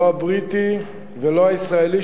לא הבריטי ולא הישראלי,